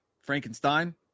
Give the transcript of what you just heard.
Frankenstein